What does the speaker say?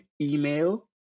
email